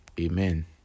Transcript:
Amen